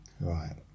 right